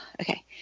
Okay